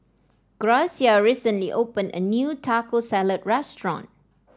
Gracia recently opened a new Taco Salad restaurant